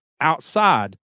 outside